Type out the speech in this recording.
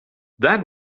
that